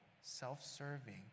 self-serving